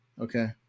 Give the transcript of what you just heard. okay